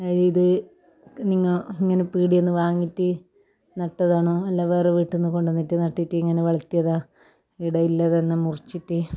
ഇത് നിങ്ങ ഇങ്ങനെ പീടികേന്ന് വാങ്ങിയിട്ട് നട്ടതാണോ അല്ല വേറെ വീട്ടിൽ നിണ്ണ് കൊണ്ട് വന്നിട്ട് നട്ടിറ്റ് ഇങ്ങനെ വളർത്തിയതാണോ ഇവിടെ ഇല്ലതന്നെ മുറിച്ചിട്ട്